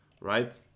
right